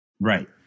Right